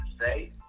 say